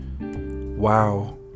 Wow